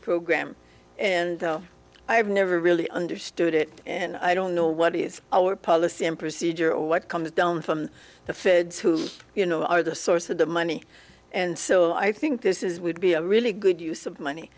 program and though i have never really understood it and i don't know what is our policy and procedure or what comes down from the feds who you know are the source of the money and so i think this is would be a really good use of money